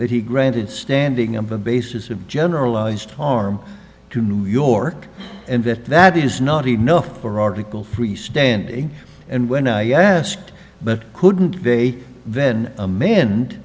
that he granted standing up a basis of generalized harm to new york and that that is not enough for article three standing and when i asked but couldn't they then